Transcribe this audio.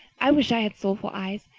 i wish i had soulful eyes.